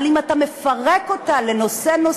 אבל אם אתה מפרק אותה לנושא-נושא,